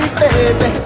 baby